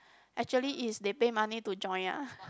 actually it's they pay money to join ah